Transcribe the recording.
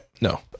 No